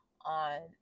on